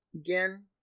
Again